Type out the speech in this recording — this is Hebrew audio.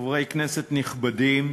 חברי כנסת נכבדים,